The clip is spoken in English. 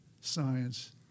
science